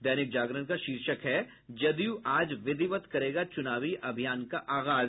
दैनिक जागरण का शीर्षक है जदयू आज विधिवत करेगा चुनावी अभियान का आगाज